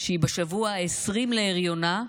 שהיא בשבוע ה-20 להריונה,